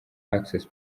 access